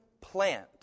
plant